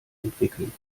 entwickeln